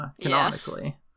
canonically